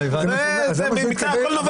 היה כבר יותר טוב,